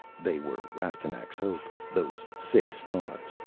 they were rastignac's hope, those six stars,